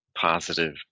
positive